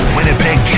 Winnipeg